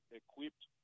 equipped